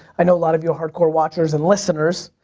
i know a lot of real hard-core watchers and listeners.